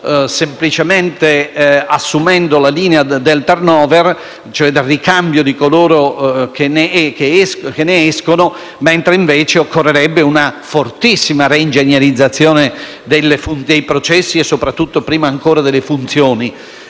semplicemente assumendo la linea del *turnover*, cioè del ricambio di coloro che ne escono, mentre invece occorrerebbe una fortissima reingegnerizzazione dei processi e, prima ancora, delle funzioni.